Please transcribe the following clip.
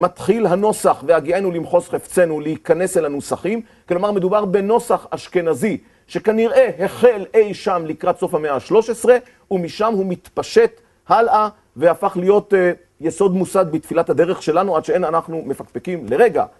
מתחיל הנוסח, והגיענו למחוז חפצנו להיכנס אל הנוסחים, כלומר מדובר בנוסח אשכנזי, שכנראה החל אי שם לקראת סוף המאה ה-13, ומשם הוא מתפשט הלאה והפך להיות יסוד מוסד בתפילת הדרך שלנו עד שאין אנחנו מפקפקים לרגע